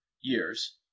years